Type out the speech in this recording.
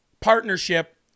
partnership